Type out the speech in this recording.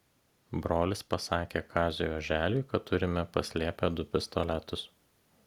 brolis pasakė kaziui oželiui kad turime paslėpę du pistoletus